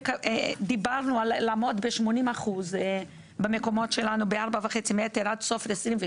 דיברנו על לעמוד ב-80% במקומות שלנו ב-4.5 מטר עד סוף 2022,